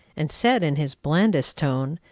and said in his blandest tone,